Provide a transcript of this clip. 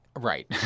Right